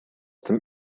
dem